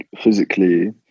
physically